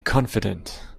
confident